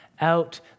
out